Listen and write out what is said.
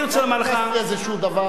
לא חיפשתי איזה דבר,